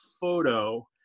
photo